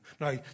Now